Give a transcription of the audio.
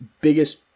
biggest